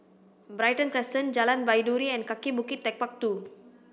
Brighton Crescent Jalan Baiduri and Kaki Bukit Techpark Two